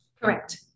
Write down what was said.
Correct